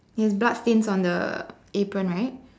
it has blood stains on the apron right